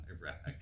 Iraq